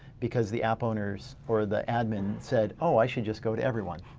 because the app owners or the admin said, oh, i should just go to everyone.